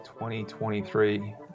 2023